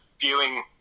viewing